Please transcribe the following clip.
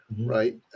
right